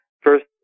first